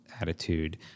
attitude